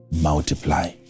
multiply